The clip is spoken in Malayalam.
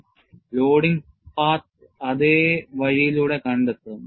അൺലോഡിംഗ് പാത്ത് അതേ വഴിയിലൂടെ കണ്ടെത്തും